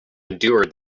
endure